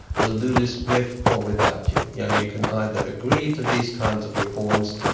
we'll do this, with or without you, yeah you can either agree to these kinds of reforms,